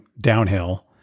downhill